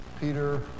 Peter